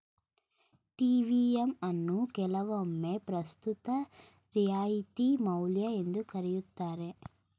TVM ಅನ್ನು ಕೆಲವೊಮ್ಮೆ ಪ್ರಸ್ತುತ ರಿಯಾಯಿತಿ ಮೌಲ್ಯ ಎಂದು ಕರೆಯುತ್ತಾರೆ